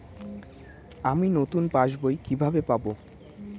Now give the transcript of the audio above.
আমি নতুন passbook কিভাবে পাব?